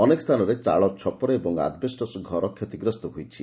ଅନେକ ସ୍ତାନରେ ଚାଳ ଛପର ଏବଂ ଆଜବେଷ୍ ରସ କ୍ଷତିଗ୍ରସ୍ତ ହୋଇଛି